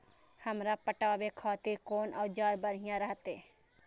हमरा पटावे खातिर कोन औजार बढ़िया रहते?